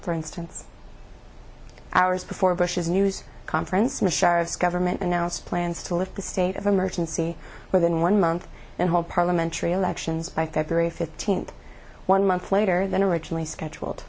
for instance hours before bush's news conference machinery of government announced plans to lift the state of emergency within one month and hold parliamentary elections by february fifteenth one month later than originally scheduled